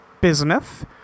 Bismuth